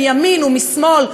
מימין ומשמאל,